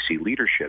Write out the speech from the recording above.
leadership